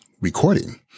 recording